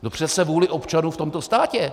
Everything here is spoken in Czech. No přece vůli občanů v tomto státě.